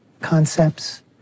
concepts